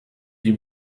die